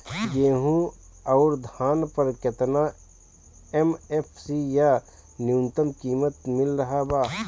गेहूं अउर धान पर केतना एम.एफ.सी या न्यूनतम कीमत मिल रहल बा?